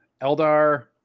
Eldar